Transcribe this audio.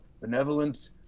benevolent